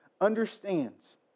understands